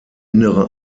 innere